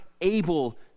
able